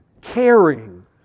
Caring